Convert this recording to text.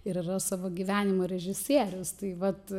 ir yra savo gyvenimo režisierius tai vat